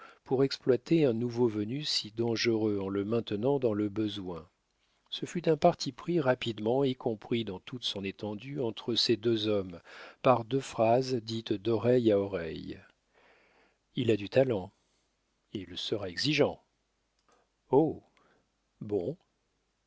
pour exploiter un nouveau venu si dangereux en le maintenant dans le besoin ce fut un parti pris rapidement et compris dans toute son étendue entre ces deux hommes par deux phrases dites d'oreille à oreille il a du talent il sera exigeant oh bon